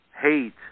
hate